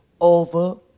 over